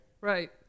right